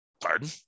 pardon